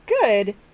good